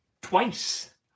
twice